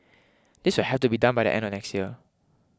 this will have to be done by the end of next year